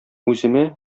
үземә